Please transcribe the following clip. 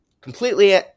Completely